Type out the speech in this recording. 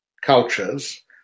cultures